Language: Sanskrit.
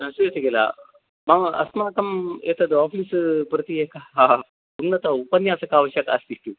श्रूयते खिल मम अस्माकम् एतद् आफ़ीस् प्रति एकः उन्नत उपन्यासकः अवश्यकः अस्ति इति